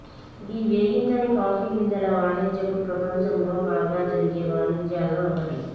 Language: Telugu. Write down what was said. గీ వేగించని కాఫీ గింజల వానిజ్యపు ప్రపంచంలో బాగా జరిగే వానిజ్యాల్లో ఒక్కటి